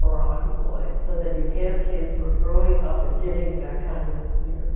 or are unemployed so that you have kids who are growing up and getting that kind of, you know,